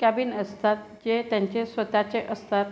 cabin असतात जे त्यांचे स्वत चे असतात